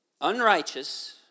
unrighteous